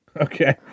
Okay